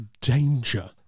danger